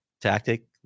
tactic